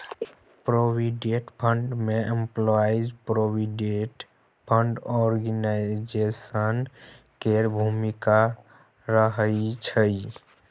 provident fund में employees provident fund organisation के भूमिका रहइ छइ